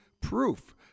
proof